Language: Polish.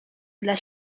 dla